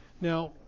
Now